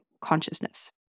consciousness